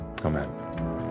amen